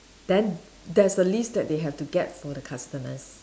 then there's a list that they have to get for the customers